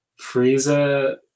Frieza